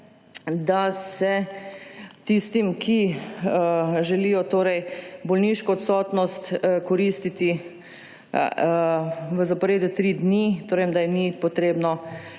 da se tistim, ki želijo bolniško odsotnost koristiti v zaporedju treh dni, torej, da jim ni treba